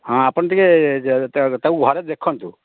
ହଁ ଆପଣ ଟିକେ ତାକୁ ଘରେ ଦେଖନ୍ତୁ